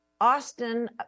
Austin